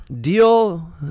deal